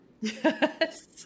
Yes